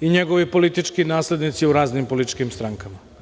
i njegovi politički naslednici u raznim političkim strankama.